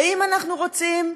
ואם אנחנו רוצים,